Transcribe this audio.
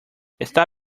está